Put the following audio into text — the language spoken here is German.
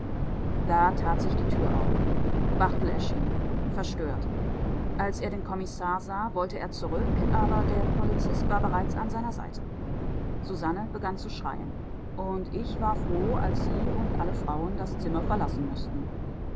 da tat sich die tür auf barthel erschien verstört als er den kommissar sah wollte er zurück aber der polizist war bereits an seiner seite susanne begann zu schreien und ich war froh als sie und alle frauen das zimmer verlassen mußten